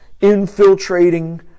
infiltrating